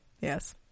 Yes